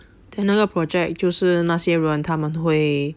then 那个 project 就是那些人他们会